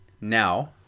Now